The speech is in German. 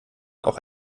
auch